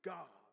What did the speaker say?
God